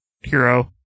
hero